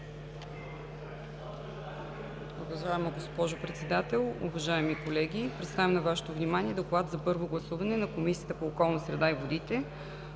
Уважаема госпожо Председател, уважаеми колеги! Представям на Вашето внимание: „ДОКЛАД за първо гласуване на Комисията по околната среда и водите